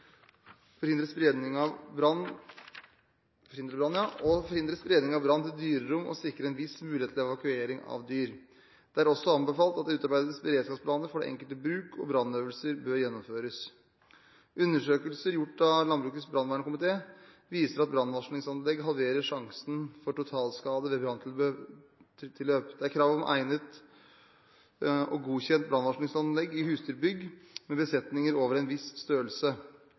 spredning av brann til dyrerom og sikre en viss mulighet til evakuering av dyr. Det er også anbefalt at det utarbeides beredskapsplaner for det enkelte bruk, og brannøvelser bør gjennomføres. Undersøkelser gjort av Landbrukets brannvernkomité viser at brannvarslingsanlegg halverer sjansen for totalskade ved branntilløp. Det er krav om egnet og godkjent brannvarslingsanlegg i husdyrbygg med besetninger over en viss størrelse.